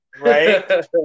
right